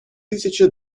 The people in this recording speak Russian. тысяча